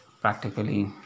practically